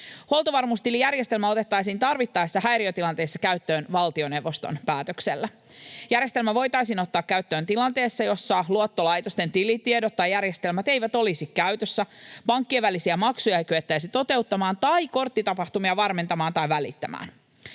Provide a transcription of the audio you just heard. Huoltovarmuustilijärjestelmä otettaisiin tarvittaessa häiriötilanteissa käyttöön valtioneuvoston päätöksellä. Järjestelmä voitaisiin ottaa käyttöön tilanteessa, jossa luottolaitosten tilitiedot tai järjestelmät eivät olisi käytössä, pankkien välisiä maksuja ei kyettäisi toteuttamaan tai korttitapahtumia varmentamaan tai välittämään.